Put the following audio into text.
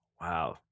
Wow